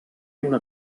una